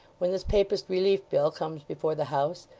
when this papist relief bill comes before the house,